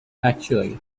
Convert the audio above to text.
actually